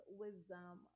wisdom